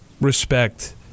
respect